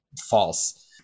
false